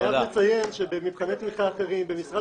אני חייב לציין שבמבחני תמיכה אחרים במשרד